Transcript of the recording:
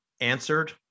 answered